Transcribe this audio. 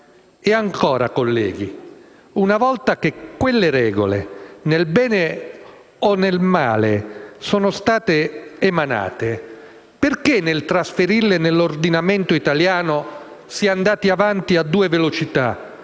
E ancora, colleghi, una volta che queste regole, nel bene o nel male, sono state emanate, perché nel trasferirle nell'ordinamento italiano si è andati avanti a due velocità,